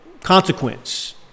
consequence